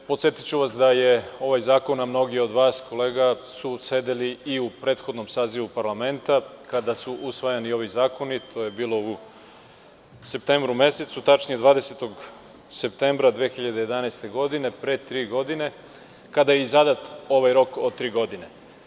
Podsetiću vas, da je ovaj zakon, a mnogi od vas kolega su sedeli i u prethodnom sazivu parlamenta, kada su usvajani ovi zakoni, to je bilo u septembru mesecu, tačnije 20. septembra 2011. godine, pre tri godine, kada je i zadat ovaj rok od tri godine.